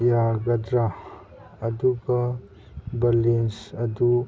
ꯌꯥꯒꯗ꯭ꯔꯥ ꯑꯗꯨꯒ ꯕꯂꯦꯟꯁ ꯑꯗꯨ